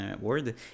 word